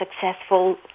successful